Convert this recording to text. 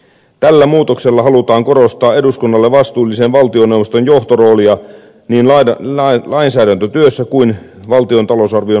tällä muutoksella halutaan korostaa eduskunnalle vastuullisen valtioneuvoston johtoroolia niin lainsäädäntötyössä kuin valtion talousarvion laadinnassakin